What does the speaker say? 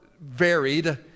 varied